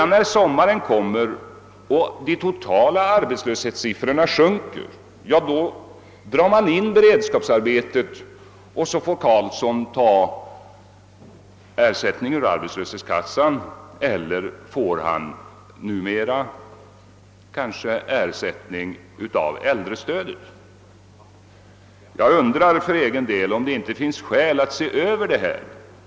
När sommaren kommer och de totala arbetslöshetssiffrorna sjunker drar man in beredskapsarbetet, och Karlsson blir hänvisad till ersättning antingen från arbetslöshetskassan eller i form av äldrestödet. Jag undrar om det inte finns skäl att se över detta.